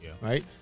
right